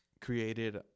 created